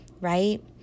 right